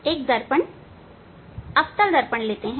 एक दर्पण अवतल दर्पण लेते हैं